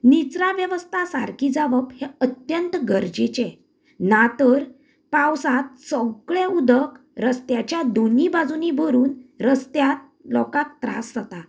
निचरां वेवस्था सारकी जावप हे अत्यंत गरजेचे ना तर पावसांत सगळें उदक रस्त्याच्या दोनूय बाजूनी भरून रस्त्याक लोकांक त्रास जाता